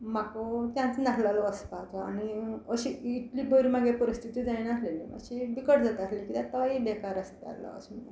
म्हाक चान्स नासलोलो वसपाचो आनी अशी इतली बरी मागीर परिस्थिती जायनासलेली मात्शी बिकट जातासली कित्याक तोय बेकार आसतालो अशें म्हणो